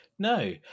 No